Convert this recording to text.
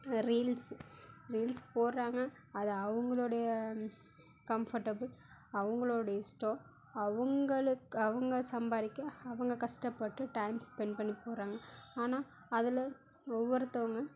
reels reels போடுறாங்க அதை அவங்களோடயே கம்ஃபோர்ட்டபிள் அவங்களோடய இஷ்டம் அவங்களுக்கு அவங்க சம்பாதிக்க அவங்க கஷ்டப்பட்டு டைம் ஸ்பெண்ட் பண்ணி போடுறாங்க ஆனால் அதில் ஒவ்வொருத்தவங்க